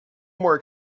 more